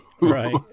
right